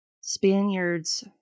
Spaniards